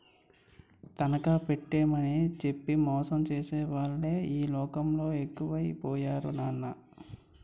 తనఖా పెట్టేమని చెప్పి మోసం చేసేవాళ్ళే ఈ లోకంలో ఎక్కువై పోయారు నాన్నా